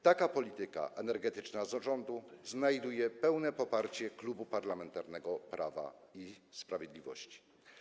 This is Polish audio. Taka polityka energetyczna rządu znajduje pełne poparcie Klubu Parlamentarnego Prawo i Sprawiedliwość.